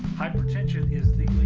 hypertension is the